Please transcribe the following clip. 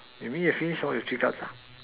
you mean you have finish all your three cards ah